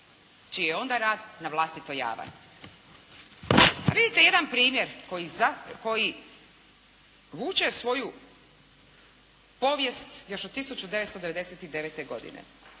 čiji je onda rad na vlastito javan. Vidite jedan primjer koji vuče svoju povijest još od 1999. godine.